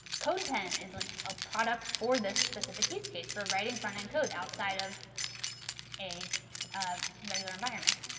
codepen is like a product for this specific use case. for writing frontend code outside of a a regular environment.